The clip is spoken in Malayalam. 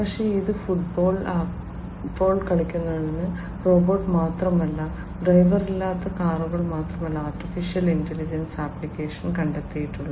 പക്ഷേ ഇത് ഫുട്ബോൾ കളിക്കുന്നത് റോബോട്ട് മാത്രമല്ല ഡ്രൈവറില്ലാ കാറുകൾ മാത്രമല്ല AI ആപ്ലിക്കേഷൻ കണ്ടെത്തിയിട്ടുണ്ട്